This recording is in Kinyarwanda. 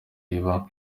iba